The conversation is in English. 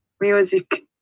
Music